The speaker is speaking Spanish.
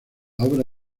obra